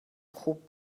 خوب